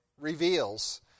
reveals